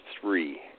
three